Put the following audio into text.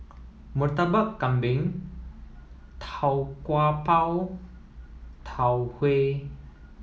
Murtabak Kambing Tau Kwa Pau Tau Huay